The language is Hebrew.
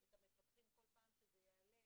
את המפקחים כל פעם שזה יעלה